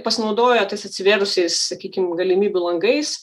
pasinaudojo tais atsivėrusiais sakykim galimybių langais